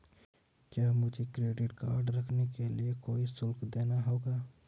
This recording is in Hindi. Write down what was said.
क्या मुझे क्रेडिट कार्ड रखने के लिए कोई शुल्क देना होगा?